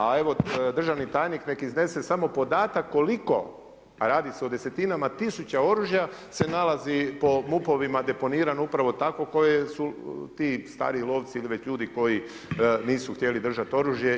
A evo, državni tajnik, nek iznese samo podatak, koliko, a radi se o desetinama, tisuća oružja, se nalazi po MUP-ovima, deponiran upravo tako, koji su ti stariji lovci ili ljudi koji nisu htjeli držati oružje.